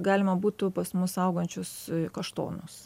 galima būtų pas mus augančius kaštonus